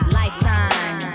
lifetime